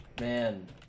man